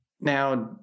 Now